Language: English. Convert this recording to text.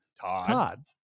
Todd